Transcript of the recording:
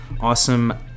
awesome